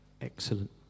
Excellent